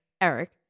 Eric